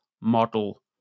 model